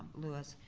lewis,